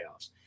playoffs